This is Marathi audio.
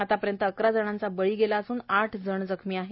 आतापर्यंत अकरा जणांचा बळी गेला असून आठ जण जखमी झाले आहेत